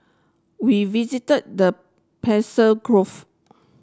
we visited the